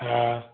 हा